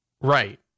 Right